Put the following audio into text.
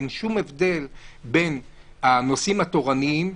אין שום הבדל בין הנושאים התורניים,